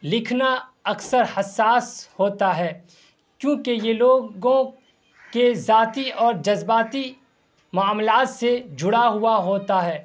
لکھنا اکثر حساس ہوتا ہے کیونکہ یہ لوگوں کے ذاتی اور جذباتی معاملات سے جڑا ہوا ہوتا ہے